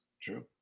True